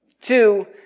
Two